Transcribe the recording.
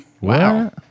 Wow